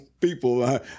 people